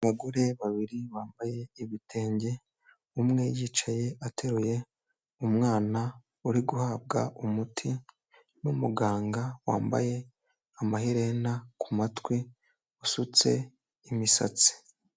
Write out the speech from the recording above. Abagore babiri bambaye ibitenge umwe yicaye ateruye umwana uri guhabwa umuti n'umuganga wambaye amaherena k'umatwi usutse imisatsi.